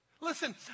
Listen